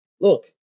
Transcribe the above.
look